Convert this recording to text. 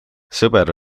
sõber